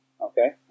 Okay